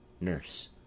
Nurse